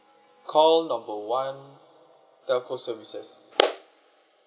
call number one telco services